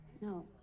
No